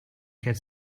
get